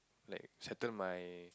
like settle my